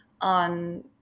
on